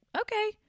Okay